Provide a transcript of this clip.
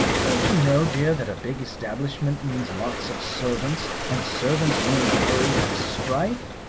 don't you know, dear, that a big establishment means lots of servants, and servants mean worry and strife?